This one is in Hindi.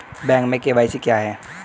बैंक में के.वाई.सी क्या है?